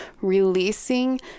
releasing